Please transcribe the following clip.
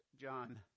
John